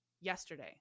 yesterday